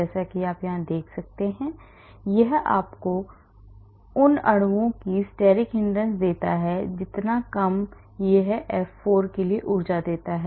जैसा कि आप यहां देख सकते हैं कि यह आपको इस अणुओं की steric hindrance देता है जितना कम यह F4 के लिए ऊर्जा देता है